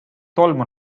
tolmu